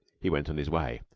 he went on his way,